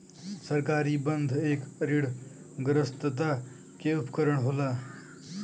सरकारी बन्ध एक ऋणग्रस्तता के उपकरण होला